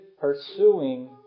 pursuing